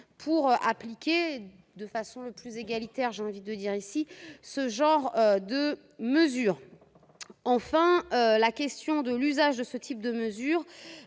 pour appliquer de façon plus égalitaire, j'ai envie de dire ici ce genre de mesures enfin la question de l'usage de ce type de mesures